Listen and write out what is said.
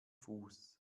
fuß